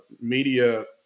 media